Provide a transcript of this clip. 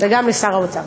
וגם לשר האוצר.